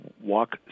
walk